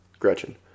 Gretchen